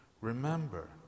Remember